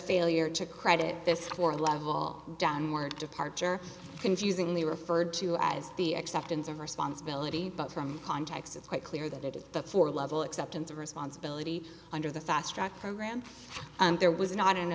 failure to credit this floor level downward departure confusingly referred to as the acceptance of responsibility but from context it's quite clear that it is the floor level acceptance of responsibility under the fastrack program and there was not an